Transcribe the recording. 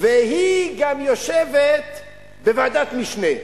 והיא גם יושבת בוועדת משנה.